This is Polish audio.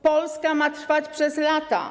Polska ma trwać przez lata.